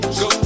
go